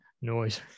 noise